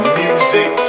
music